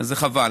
זה חבל.